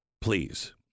please